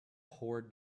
poor